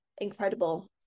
incredible